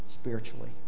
spiritually